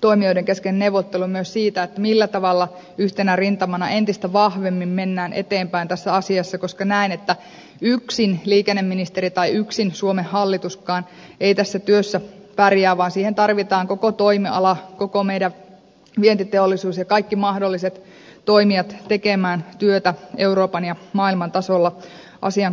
toimijoiden kesken neuvottelu myös siitä millä tavalla yhtenä rintamana entistä vahvemmin mennään eteenpäin tässä asiassa koska näen että yksin liikenneministeri tai yksin suomen hallituskaan ei tässä työssä pärjää vaan siihen tarvitaan koko toimiala koko meidän vientiteollisuutemme ja kaikki mahdolliset toimijat tekemään työtä euroopan ja maailman tasolla asian kuntoon laittamiseksi